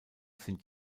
sind